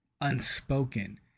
unspoken